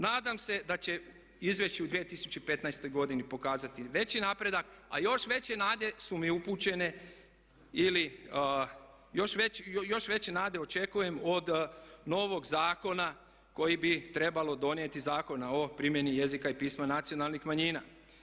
Nadam se da će izvješće u 2015. godini pokazati veći napredak, a još veće nade su mi upućene ili još veće nade očekujem od novog zakona koji bi trebalo donijeti, Zakona o primjeni jezika i pisma nacionalnih manjina.